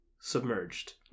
submerged